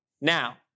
Now